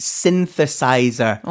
synthesizer